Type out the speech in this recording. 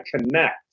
connect